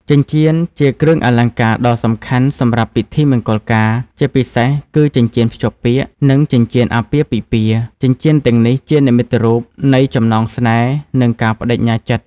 ចិញ្ចៀន ជាគ្រឿងអលង្ការដ៏សំខាន់សម្រាប់ពិធីមង្គលការ ជាពិសេសគឺចិញ្ចៀនភ្ជាប់ពាក្យ និងចិញ្ចៀនអាពាហ៍ពិពាហ៍។ ចិញ្ចៀនទាំងនេះជានិមិត្តរូបនៃចំណងស្នេហ៍ និងការប្តេជ្ញាចិត្ត។